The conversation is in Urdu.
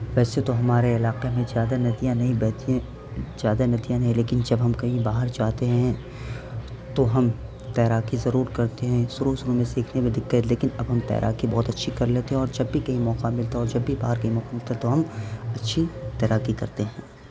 ویسے تو ہمارے علاقے میں زیادہ ندیاں نہیں بہتی ہیں زیادہ ندیاں نہیں ہیں لیکن جب ہم کہیں باہر جاتے ہیں تو ہم تیراکی ضرور کرتے ہیں شروع شروع میں سیکھنے میں دقت لیکن اب ہم تیراکی بہت اچھی کر لیتے ہیں اور جب بھی کہیں موقع ملتا ہے اور جب بھی باہر کہیں موقع ملتا ہے تو ہم اچھی تیراکی کرتے ہیں